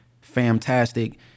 fantastic